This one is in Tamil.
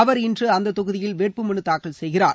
அவர் இன்று அந்த தொகுதியில் வேட்பு மனு தாக்கல் செய்கிறார்